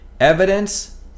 evidence